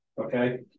Okay